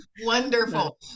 Wonderful